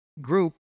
group